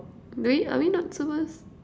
do we are we not supposed